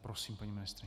Prosím, paní ministryně.